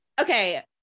Okay